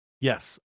yes